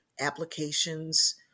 applications